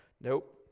Nope